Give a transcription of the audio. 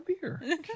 beer